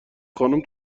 خانوم